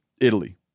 Italy